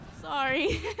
Sorry